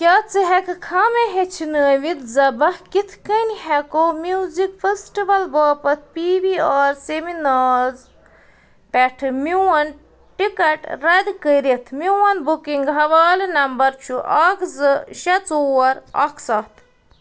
کیٛاہ ژٕ ہٮ۪کہٕ کھا مےٚ ہیٚچھنٲوِتھ زَبہ کِتھ کٔنۍ ہٮ۪کو میوٗزِک فٮ۪سٹِوَل باپتھ پی وی آر سیٚمِناز پٮ۪ٹھ میون ٹِکٹ رَد کٔرتھ میون بُکِنٛگ حوالہ نمبر چھُ اکھ زٕ شےٚ ژور اکھ سَتھ